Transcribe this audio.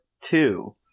two